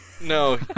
No